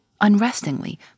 unrestingly